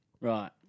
Right